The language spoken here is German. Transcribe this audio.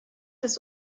des